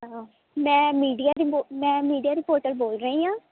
ਮੈਂ ਮੀਡੀਆ ਰਿਪੋ ਮੈਂ ਮੀਡੀਆ ਰਿਪੋਰਟ ਬੋਲ ਰਹੀ ਹਾਂ